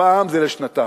הפעם זה לשנתיים.